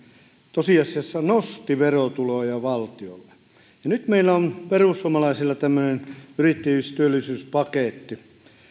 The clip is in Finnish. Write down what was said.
tosiasiassa nosti verotuloja valtiolle nyt meillä perussuomalaisilla on tämmöinen yrittäjyys ja työllisyyspaketti